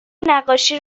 نقاشی